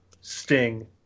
Sting